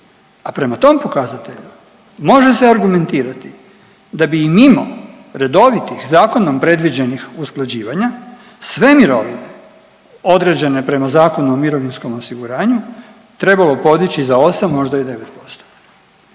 A prema tom pokazatelju može se argumentirati da bi i mimo redovitih zakonom predviđenih usklađivanja sve mirovine određene prema Zakonu o mirovinskom osiguranju trebalo podići za 8 možda i 9%.